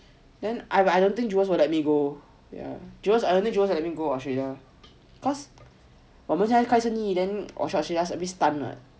then I I don't think jewel will let me go yeah I don't think jewel will let me go Australia cause 我们现在开生意我去 austrialia 她 a bit stun right